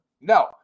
No